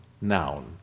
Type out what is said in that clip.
noun